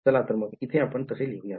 चला तर मग इथे आपण तसे लिहुयात